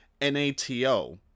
NATO